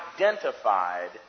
identified